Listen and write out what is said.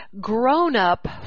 grown-up